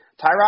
Tyrod